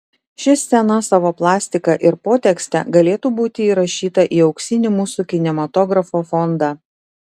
ši scena savo plastika ir potekste galėtų būti įrašyta į auksinį mūsų kinematografo fondą